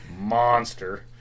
monster